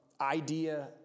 idea